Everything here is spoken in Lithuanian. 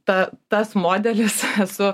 ta tas modelis su